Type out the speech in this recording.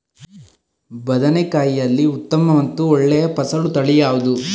ಬದನೆಕಾಯಿಯಲ್ಲಿ ಉತ್ತಮ ಮತ್ತು ಒಳ್ಳೆಯ ಫಸಲು ತಳಿ ಯಾವ್ದು?